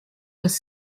was